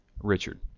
Richard